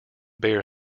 bear